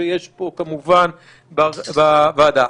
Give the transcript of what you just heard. ויש פה כמובן בוועדה.